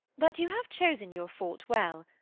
but you have chosen your fault well.